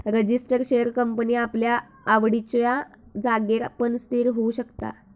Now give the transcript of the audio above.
register share company आपल्या आवडिच्या जागेर पण स्थिर होऊ शकता